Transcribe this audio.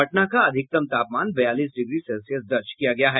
पटना का अधिकतम तापमान बयालीस डिग्री सेल्सियस दर्ज किया गया है